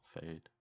fade